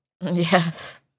Yes